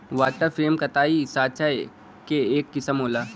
water frame कताई साँचा क एक किसिम होला